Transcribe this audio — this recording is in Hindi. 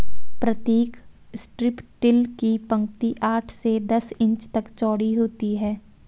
प्रतीक स्ट्रिप टिल की पंक्ति आठ से दस इंच तक चौड़ी होती है